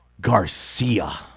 Garcia